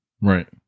Right